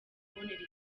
kubonera